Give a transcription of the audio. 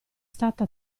stata